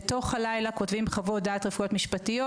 לתוך הלילה כותבים חוות דעת רפואיות משפטיות.